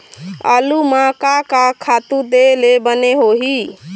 आलू म का का खातू दे ले बने होही?